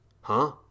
Huh